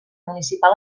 municipal